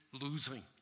losing